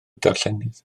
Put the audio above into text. darllenydd